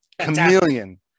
Chameleon